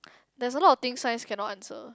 there's a lot of things science cannot answer